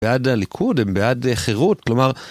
הם בעד הליכוד, הם בעד חירות' כלומר